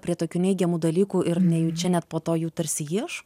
prie tokių neigiamų dalykų ir nejučia net po to jų tarsi ieško